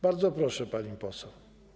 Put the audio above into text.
Bardzo proszę, pani poseł.